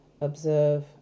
observe